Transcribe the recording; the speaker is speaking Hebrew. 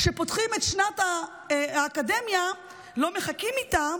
שפותחים את שנת האקדמיה, לא מחכים איתה,